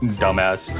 dumbass